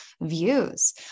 views